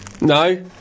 No